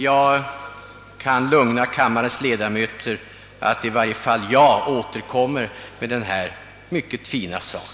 Jag kan lugna kammarens ledamöter med att i varje fall jag återkommer med denna fråga vid lämplig tidpunkt.